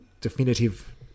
definitive